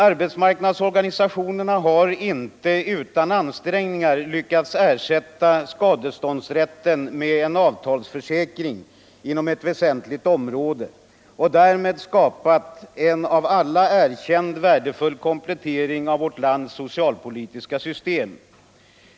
Arbetsmarknadsorganisationerna har inte utan ansträngningar lyckats ersätta skadeståndsrätten med en avtalsförsäkring inom ett väsentligt område och därmed skapat en av alla erkänd värdefull komplettering av vårt lands socialpolitiska system.